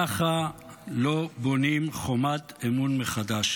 ככה לא בונים חומת אמון מחדש.